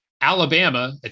Alabama